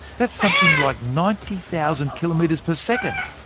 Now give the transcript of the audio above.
that's something like ninety thousand kilometres per second!